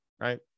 right